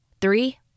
Three